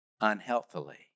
unhealthily